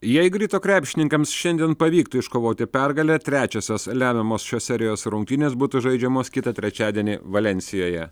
jeigu ryto krepšininkams šiandien pavyktų iškovoti pergalę trečiosios lemiamos šios serijos rungtynės būtų žaidžiamos kitą trečiadienį valensijoje